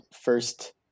first